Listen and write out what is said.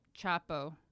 chapo